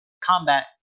combat